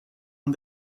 aan